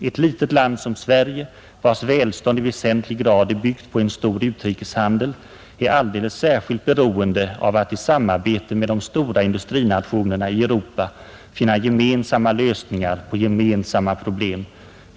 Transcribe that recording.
Ett litet land som Sverige, vars välstånd i väsentlig grad är byggt på en stor utrikeshandel, är alldeles särskilt beroende av att i samarbete med de stora industrinationerna i Europa finna gemensamma lösningar på gemensamma problem.